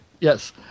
Yes